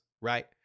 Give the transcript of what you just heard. right